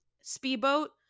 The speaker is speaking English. Speedboat